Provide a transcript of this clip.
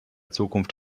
zukunft